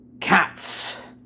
Cats